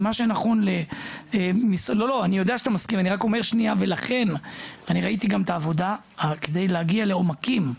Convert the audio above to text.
גם ראיתי את העבודה כדי להגיע לעומקים,